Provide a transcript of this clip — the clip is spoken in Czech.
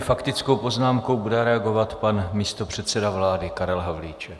Faktickou poznámkou bude reagovat pan místopředseda vlády Karel Havlíček.